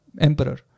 Emperor